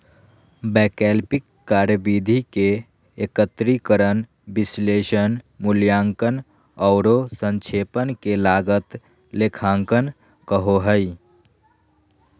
वैकल्पिक कार्यविधि के एकत्रीकरण, विश्लेषण, मूल्यांकन औरो संक्षेपण के लागत लेखांकन कहो हइ